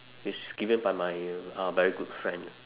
which given by my uh very good friend